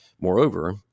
moreover